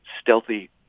stealthy